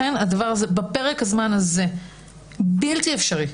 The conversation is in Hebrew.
בפרק הזמן הזה בלתי אפשרי,